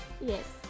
Yes